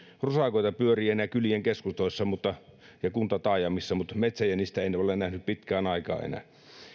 rusakoita pyörii enää kylien keskustoissa ja kuntataajamissa mutta metsäjänistä en ole nähnyt pitkään aikaan enää